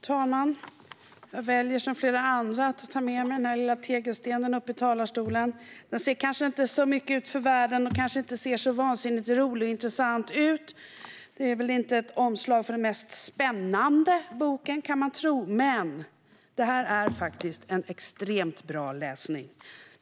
Fru talman! Jag väljer som flera andra att ta med mig den lilla tegelstenen upp i talarstolen. Den ser kanske inte mycket ut för världen och ser kanske inte vansinnigt rolig eller intressant ut och har väl inte ett omslag för den mest spännande boken, kan jag tro, men den är faktiskt extremt bra läsning.